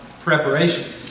preparation